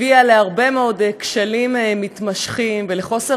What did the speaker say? הביאה להרבה מאוד כשלים מתמשכים ולחוסר